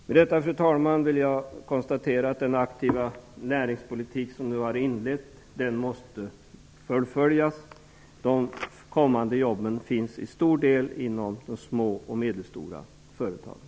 Med detta, fru talman, vill jag konstatera att den aktiva näringspolitik som inletts måste fullföljas. De kommande jobben finns till stor del i de små och medelstora företagen.